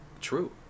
true